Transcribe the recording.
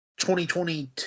2022